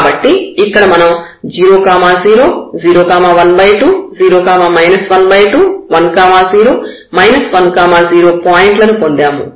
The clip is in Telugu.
కాబట్టి ఇక్కడ మనం 0 0 0120 1210 10 పాయింట్లను పొందాము